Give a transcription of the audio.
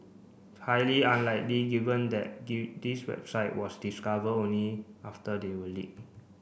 highly unlikely given that the these website was discover only after they were leaked